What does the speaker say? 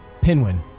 Pinwin